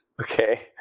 Okay